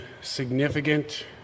significant